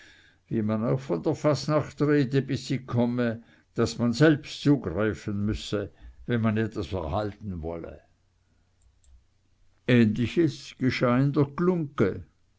wie man auch von der fasnacht rede bis sie komme daß man selbst zugreifen müsse wenn man etwas erhalten wolle ähnliches geschah in der